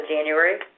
January